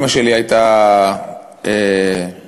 אימא שלי הייתה באושוויץ,